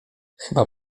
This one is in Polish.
chyba